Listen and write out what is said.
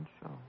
show